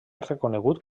reconegut